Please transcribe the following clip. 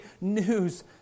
news